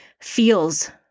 feels